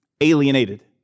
Alienated